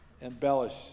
embellish